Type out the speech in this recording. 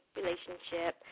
relationship